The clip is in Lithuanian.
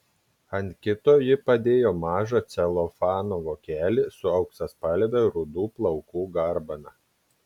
ant kito ji padėjo mažą celofano vokelį su auksaspalve rudų plaukų garbana